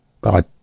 God